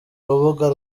rubuga